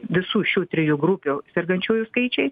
visų šių trijų grupių sergančiųjų skaičiai